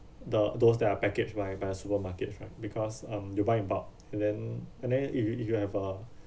the those that are packaged by by supermarkets right because um they buy in bulk and then and then if you if you have a